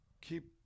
keep